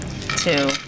Two